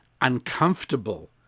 uncomfortable